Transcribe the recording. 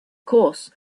course